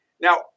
Now